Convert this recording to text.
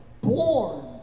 born